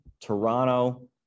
Toronto